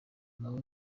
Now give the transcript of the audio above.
nabo